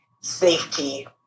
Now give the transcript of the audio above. safety